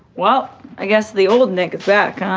well, i guess the old nick is back. ah